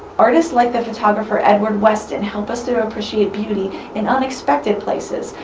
artists like the photographer edward weston help us to appreciate beauty in unexpected places,